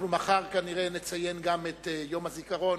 מחר, כנראה, נציין גם את יום הזיכרון